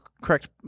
correct